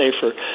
safer